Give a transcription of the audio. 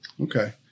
Okay